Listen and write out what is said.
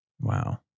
Wow